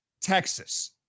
Texas